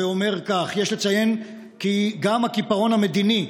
אומר כך: יש לציין כי גם הקיפאון המדיני,